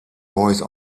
voice